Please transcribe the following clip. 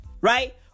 Right